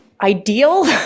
ideal